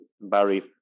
Barry